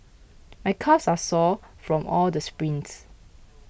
my calves are sore from all the sprints